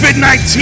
COVID-19